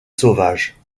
sauvages